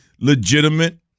legitimate